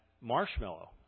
marshmallow